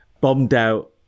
bombed-out